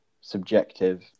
subjective